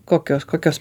kokios kokios